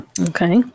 Okay